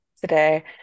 today